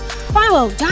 follow